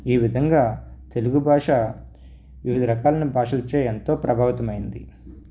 ఈ విధంగా తెలుగు భాష వివిధ రకాలైను భాషలచే ఎంతో ప్రభావితమైంది